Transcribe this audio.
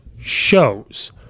shows